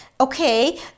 Okay